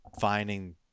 finding